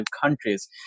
countries